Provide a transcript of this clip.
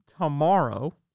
tomorrow